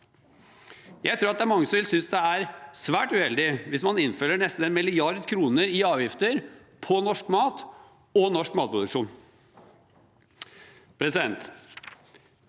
Jeg tror at det er mange som vil synes det er svært uheldig hvis man innfører nesten 1 mrd. kr i avgifter på norsk mat og norsk matproduksjon.